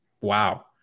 Wow